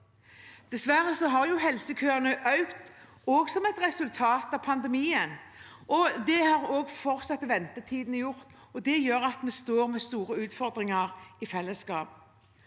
Dessverre har helsekø ene økt også som et resultat av pandemien. Det har også ventetidene fortsatt å gjøre, og det gjør at vi står med store utfordringer i fellesskap.